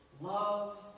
Love